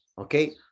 Okay